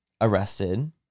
arrested